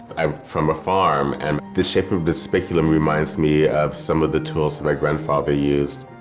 i'm from a farm, and the shape of the spiculum reminds me of some of the tools that my grandfather used,